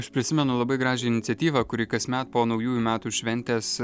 aš prisimenu labai gražią iniciatyvą kuri kasmet po naujųjų metų šventės